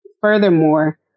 furthermore